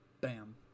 bam